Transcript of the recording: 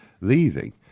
leaving